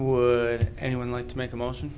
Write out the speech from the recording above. would anyone like to make a motion